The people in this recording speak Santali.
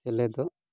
ᱥᱮᱞᱮᱫᱚᱜ